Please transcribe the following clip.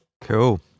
Cool